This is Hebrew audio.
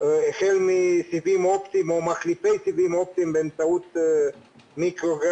החל מסיבים אופטיים או מחליפי סיבים אופטימיים באמצעות מיקרוגל,